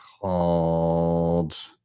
called